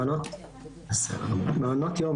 מעונות יום,